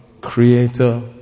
creator